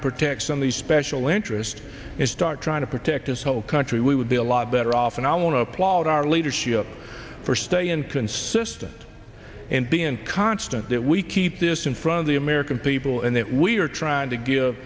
to protect some of these special interests and start trying to protect this whole country we would be a lot better off and i want to applaud our leadership for study and consistent and been constant that we keep this in front of the american people and that we are trying to give